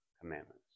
commandments